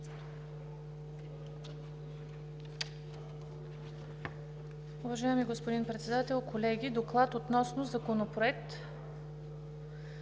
Уважаеми господин Председател, колеги! „ДОКЛАД относно Законопроект